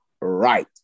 right